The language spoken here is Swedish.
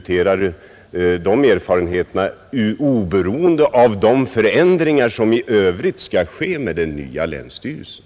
till de förändringar som skall ske genom den nya länsstyrelsen.